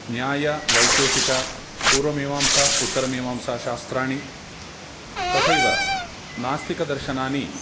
न्यायः वैशेषिकः पूर्वमीमांसा उत्तरमीमांसाशास्त्राणि तथैव नास्तिकदर्शनानि